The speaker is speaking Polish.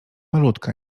malutka